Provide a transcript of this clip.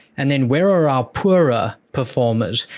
and then where are our poorer performers?